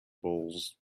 bowls